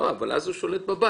לא, שהרי עם מותה הוא שולט בבית.